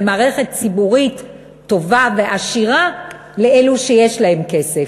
ומערכת ציבורית טובה ועשירה לאלו שיש להם כסף.